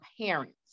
parents